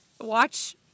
watch